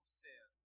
sin